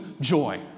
joy